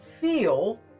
feel